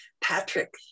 Patrick